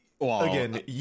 again